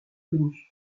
connus